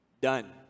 done